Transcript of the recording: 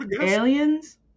aliens